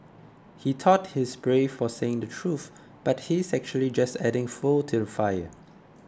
he thought he's brave for saying the truth but he's actually just adding fuel to fire